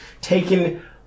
taken